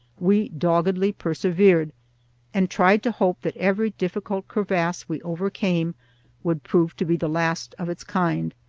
we doggedly persevered and tried to hope that every difficult crevasse we overcame would prove to be the last of its kind.